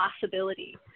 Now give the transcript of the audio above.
possibility